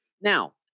Now